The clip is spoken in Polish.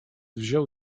wziął